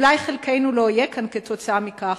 אולי חלקנו לא יהיה כאן כתוצאה מכך,